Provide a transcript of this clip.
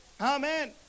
Amen